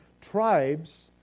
tribes